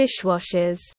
dishwashers